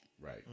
Right